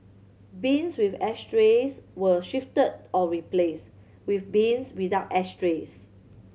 bins with ashtrays will shifted or replaced with bins without ashtrays